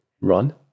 run